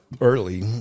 early